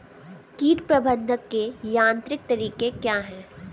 कीट प्रबंधक के यांत्रिक तरीके क्या हैं?